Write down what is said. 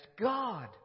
God